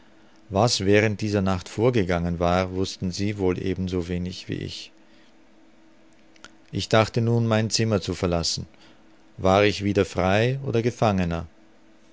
was während dieser nacht vorgegangen war wußten sie wohl ebenso wenig wie ich ich dachte nun mein zimmer zu verlassen war ich wieder frei oder gefangener